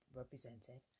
represented